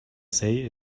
say